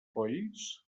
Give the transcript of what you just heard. polls